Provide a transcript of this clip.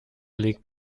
legt